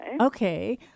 Okay